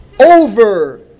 over